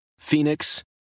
Phoenix